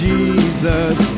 Jesus